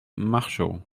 machault